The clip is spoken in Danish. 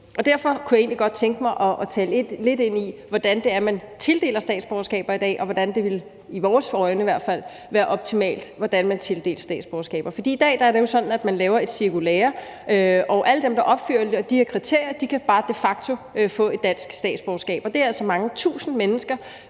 Derfor kunne jeg egentlig godt tænke mig at tale lidt ind i, hvordan man tildeler statsborgerskaber i dag, og hvordan det i hvert fald set med vores øjne ville være optimalt at tildele statsborgerskaber. For i dag er det jo sådan, at man laver et cirkulære, og alle dem, der opfylder de her kriterier, kan bare de facto få et dansk statsborgerskab. Det er altså mange tusind mennesker